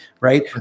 Right